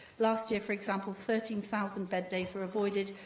last year, for example, thirteen thousand bed days were avoided,